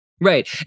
Right